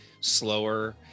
slower